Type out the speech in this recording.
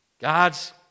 God's